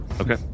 Okay